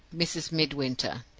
mrs. midwinter.